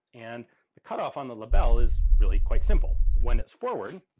and the cutoff on the lebel is really quite simple, when it's forward